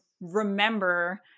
remember